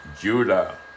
Judah